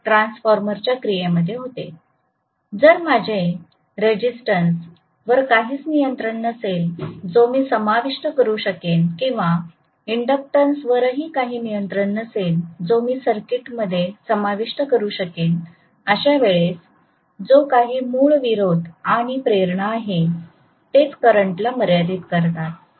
जर माझे रेजिस्टन्स वर काहीच नियंत्रण नसेल जो मी समाविष्ट करू शकेन किंवा इंडक्टन्स वरही काही नियंत्रण नसेल जो मी सर्किट मध्ये समाविष्ट करू शकेनअशा वेळेस जो काही मूळ विरोध आणि प्रेरणा आहे तेच करंटला मर्यादित करतात